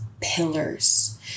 pillars